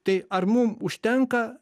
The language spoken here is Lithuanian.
tai ar mum užtenka